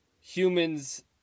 humans